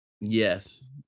Yes